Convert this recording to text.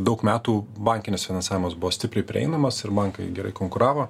daug metų bankinis finansavimas buvo stipriai prieinamas ir bankai gerai konkuravo